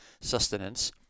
sustenance